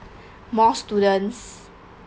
more students